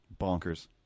Bonkers